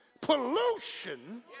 pollution